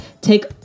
take